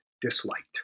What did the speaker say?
disliked